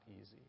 easy